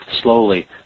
slowly